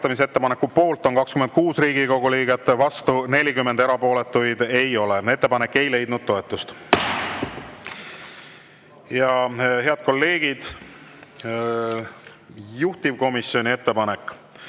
vastu 40, erapooletuid ei ole. Ettepanek ei leidnud toetust. Head kolleegid, juhtivkomisjoni ettepanek